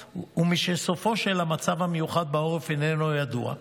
ומשסופו של המצב המיוחד בעורף אינו ידוע,